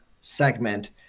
segment